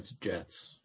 Jets